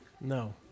no